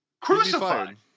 Crucified